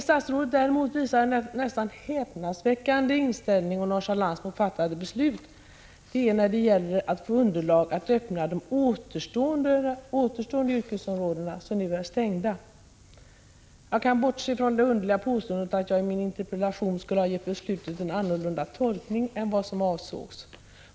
Statsrådet visar däremot en nästan häpnadsväckande inställning och nonchalans mot fattade beslut när det gäller att få underlag för att öppna de återstående yrkesområden som nu är stängda. Jag kan bortse från det underliga påståendet att jag i min interpellation skulle ha gett beslutet en annorlunda tolkning än vad som avsågs.